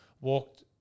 walked